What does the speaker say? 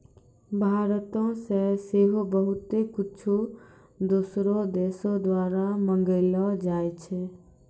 भारतो से सेहो बहुते कुछु दोसरो देशो द्वारा मंगैलो जाय छै